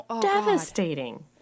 devastating